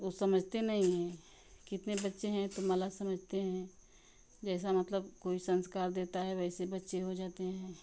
वह समझते नहीं है कितने बच्चे हैं तो अलग समझते हैं जैसा मतलब कोई संस्कार देता है वैसे बच्चे हो जाते हैं